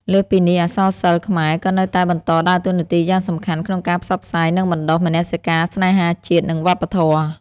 លើសពីនេះ អក្សរសិល្ប៍ខ្មែរក៏នៅតែបន្តដើរតួនាទីយ៉ាងសំខាន់ក្នុងការផ្សព្វផ្សាយ និងបណ្តុះមនសិការស្នេហាជាតិ និងវប្បធម៌។